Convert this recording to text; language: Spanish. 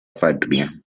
patria